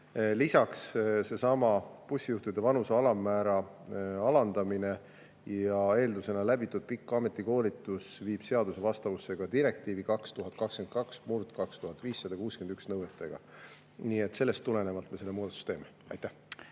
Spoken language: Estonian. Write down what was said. Lisaks, seesama bussijuhtide vanuse alammäära alandamine ja eeldusena läbitud pikk ametikoolitus viib seaduse vastavusse direktiivi 2022/2561 nõuetega. Nii et sellest tulenevalt me selle muudatuse teeme. Aitäh!